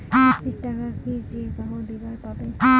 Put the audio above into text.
কিস্তির টাকা কি যেকাহো দিবার পাবে?